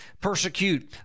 persecute